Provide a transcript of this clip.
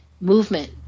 movement